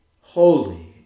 holy